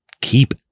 keep